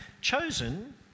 Chosen